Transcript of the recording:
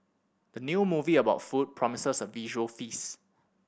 the new movie about food promises a visual feast